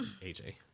AJ